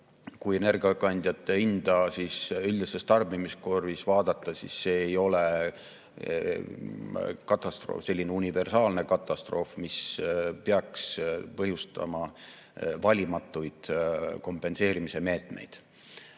kui energiakandjate hinda üldises tarbimiskorvis vaadata, siis see ei ole katastroof, selline universaalne katastroof, mis peaks põhjustama valimatuid kompenseerimise meetmeid.